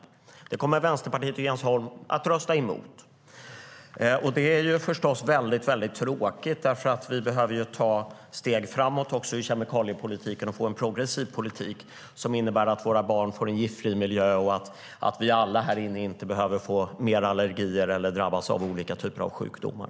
Detta kommer Vänsterpartiet och Jens Holm att rösta emot. Det är förstås väldigt tråkigt, för vi behöver ju ta steg framåt också i kemikaliepolitiken och få en progressiv politik som innebär att våra barn får en giftfri miljö och vi alla kan slippa få allergier eller drabbas av olika typer av sjukdomar.